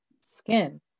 skin